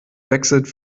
wechselt